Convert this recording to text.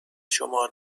شمار